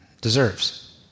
deserves